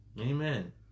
Amen